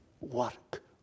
work